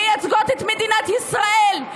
מייצגות את מדינת ישראל.